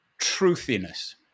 truthiness